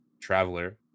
traveler